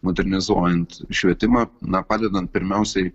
modernizuojant švietimą na padedant pirmiausiai